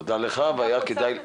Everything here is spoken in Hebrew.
תודה לך והיה כדאי לשמוע.